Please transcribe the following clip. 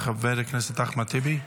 חבר הכנסת אחמד טיבי,